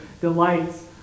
delights